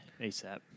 ASAP